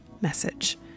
message